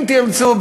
אם תרצו,